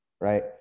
right